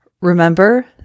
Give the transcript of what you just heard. Remember